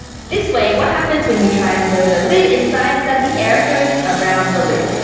this way, what happens when you try, and blow the lid inside, is that the air goes around the lid,